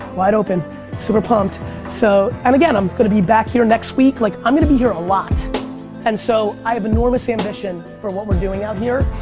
wide open super pumped so and again i'm going to be back here next week. like i'm going to be here a lot and so i have enormous ambition for what we're doing out here.